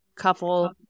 couple